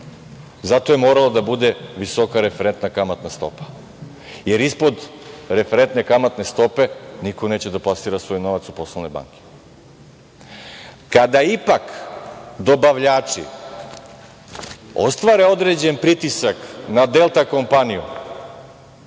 Zato je morala da bude visoka referentna kamatna stopa, jer ispod referentne kamatne stopo niko neće da plasira svoj novac u poslovne banke. Kada ipak dobavljači ostvare određen pritisak na „Delta kompaniju“